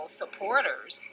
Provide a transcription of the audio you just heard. supporters